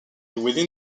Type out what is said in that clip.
within